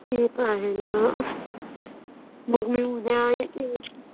ठीक आहे ना मग मी उद्या येते